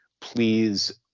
please